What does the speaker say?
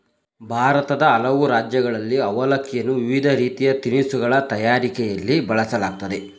ಭಾರತದ ಹಲವು ರಾಜ್ಯಗಳಲ್ಲಿ ಅವಲಕ್ಕಿಯನ್ನು ವಿವಿಧ ರೀತಿಯ ತಿನಿಸುಗಳ ತಯಾರಿಕೆಯಲ್ಲಿ ಬಳಸಲಾಗ್ತದೆ